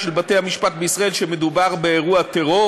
של בתי-המשפט בישראל שמדובר באירוע טרור